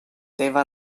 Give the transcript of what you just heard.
teva